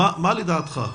מה לדעתך,